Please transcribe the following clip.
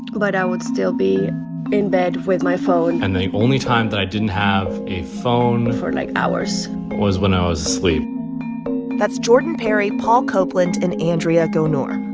but i would still be in bed with my phone. and the only time that i didn't have a phone. for, like, hours. was when i was sleep that's jordan perry, paul copeland and andrea gonor.